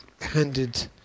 handed